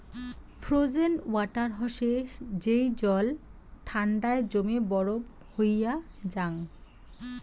frozen water হসে যেই জল ঠান্ডায় জমে বরফ হইয়া জাং